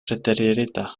preteririta